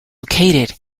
located